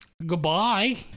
Goodbye